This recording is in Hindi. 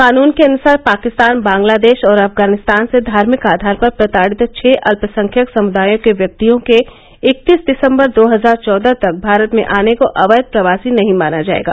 कानून के अनुसार पाकिस्तान बंगलादेश और अफगानिस्तान से धार्मिक आधार पर प्रताड़ित छह अल्पसंख्यक समृदायों के व्यक्तियों के इकतीस दिसम्बर दो हजार चौदह तक भारत में आने को अवैध प्रवासी नहीं माना जाएगा